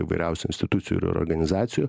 įvairiausių institucijų ir organizacijų